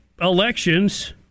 elections